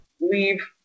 leave